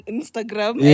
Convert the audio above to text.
Instagram